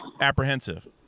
apprehensive